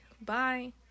bye